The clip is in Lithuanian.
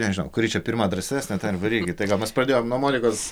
nežinau kuri čia pirma drąsesnė tą ir varykit tai mes pradėjom nuo monikos